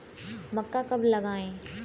मक्का कब लगाएँ?